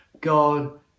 God